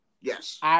yes